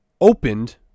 opened